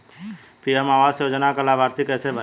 PM आवास योजना का लाभर्ती कैसे बनें?